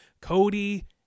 Cody